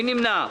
מי נמנע?